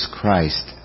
Christ